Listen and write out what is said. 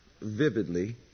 vividly